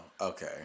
okay